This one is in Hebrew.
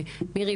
מירי,